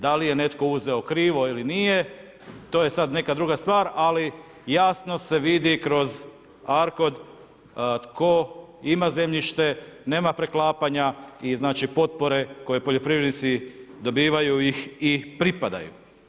Da li je netko uzeo krivo ili nije, to je sada neka druga stvar, ali jasno se vidi kroz arkod tko ima zemljište, nema preklapanja i znači potpore, koje poljoprivrednici dobivaju ih i pripadaju.